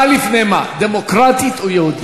מה לפני מה, דמוקרטית או יהודית?